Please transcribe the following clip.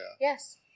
Yes